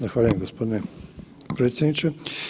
Zahvaljujem gospodine predsjedniče.